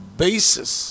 basis